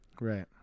Right